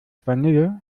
vanille